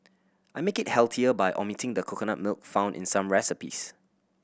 I make it healthier by omitting the coconut milk found in some recipes